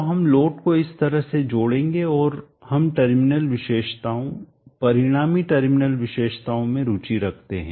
तो हम लोड को इस तरह से जोड़ेंगे और हम टर्मिनल विशेषताओं परिणामी टर्मिनल विशेषताओं में रुचि रखते हैं